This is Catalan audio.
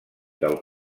del